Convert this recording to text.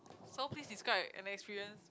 so please describe an experience